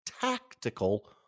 Tactical